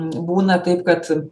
būna taip kad